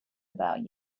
about